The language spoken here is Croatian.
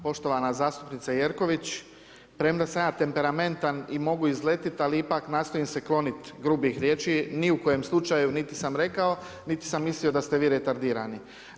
Poštovana zastupnice Jerković, premda sam ja temperamentan i mogu izletiti ali ipak nastojim se kloniti grubih riječi, ni u kojem slučaju niti sam rekao niti sam mislio da ste vi retardirani.